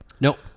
nope